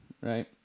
right